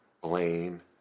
blame